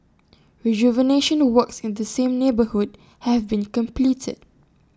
rejuvenation works in the same neighbourhood have been completed